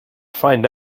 find